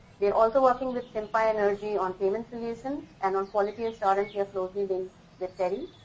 we are also working with simpa energy on payment solution and on quality assurance we have close dealings with teri.